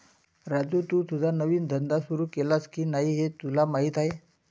राजू, तू तुझा नवीन धंदा सुरू केलास की नाही हे तुला माहीत आहे